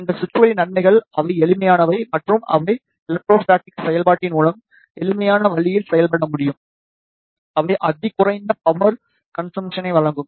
இந்த சுவிட்சுகளின் நன்மைகள் அவை எளிமையானவை மற்றும் அவை எலெக்ட்ரோஸ்டாடிக் செயல்பாட்டின் மூலம் எளிமையான வழியில் செயல்பட முடியும் அவை அதி குறைந்த பவர் கன்சம்சனை வழங்கும்